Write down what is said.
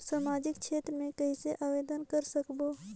समाजिक क्षेत्र मे कइसे आवेदन कर सकबो?